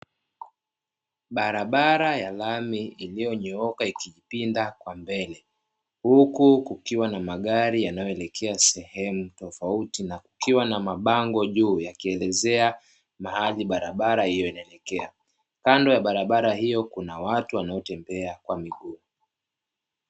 Barabara ya lami iliyonyooka ikipinda kwa mbele, huku kukiwa na magari yanayoelekea sehemu tofauti na kukiwa na mabango juu yakielezea mahali barabara hiyo inaelekea, kando ya barabara hiyo kuna watu wanaotembea kwa miguu.